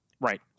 Right